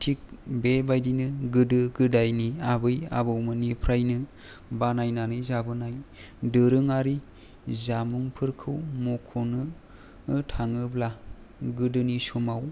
थिक बेबायदिनो गोदो गोदायनि आबै आबौमोननिफ्रायनो बानायनानै जाबोनाय दोरोङारि जामुंफोरखौ मख'नो थाङोब्ला गोदोनि समाव